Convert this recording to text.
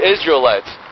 Israelites